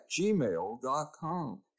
gmail.com